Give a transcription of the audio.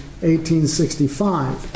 1865